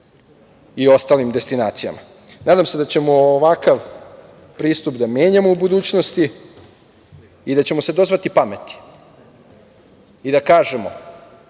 i ostalim destinacijama. Nadam se da ćemo ovakav pristup da menjamo u budućnosti i da ćemo se dozvati pameti i da kažemo